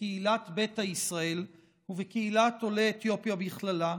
בקהילת ביתא ישראל ובקהילת עולי אתיופיה בכללה,